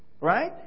right